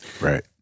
Right